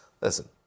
listen